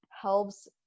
helps